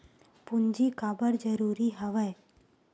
पूंजी काबर जरूरी हवय?